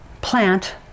plant